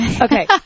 Okay